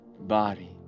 body